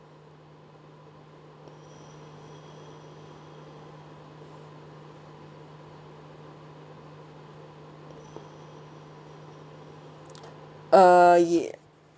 uh